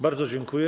Bardzo dziękuję.